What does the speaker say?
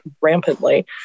rampantly